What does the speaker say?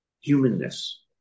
humanness